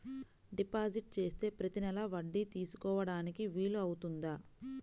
Deposit చేస్తే ప్రతి నెల వడ్డీ తీసుకోవడానికి వీలు అవుతుందా?